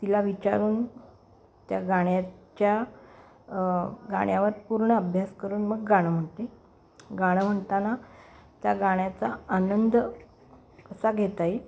तिला विचारून त्या गाण्याच्या गाण्यावर पूर्ण अभ्यास करून मग गाणं म्हणते गाणं म्हणताना त्या गाण्याचा आनंद कसा घेता येईल